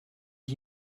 wie